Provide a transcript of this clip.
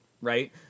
right